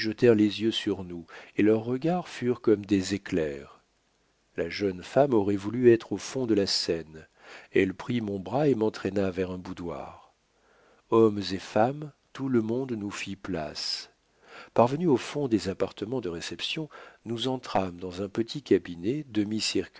les yeux sur nous et leurs regards furent comme des éclairs la jeune femme aurait voulu être au fond de la seine elle prit mon bras et m'entraîna vers un boudoir hommes et femmes tout le monde nous fit place parvenus au fond des appartements de réception nous entrâmes dans un petit cabinet